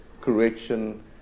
correction